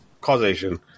Causation